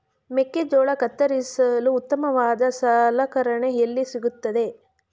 ಮೆಕ್ಕೆಜೋಳ ಕತ್ತರಿಸಲು ಉತ್ತಮವಾದ ಸಲಕರಣೆ ಎಲ್ಲಿ ಸಿಗುತ್ತದೆ?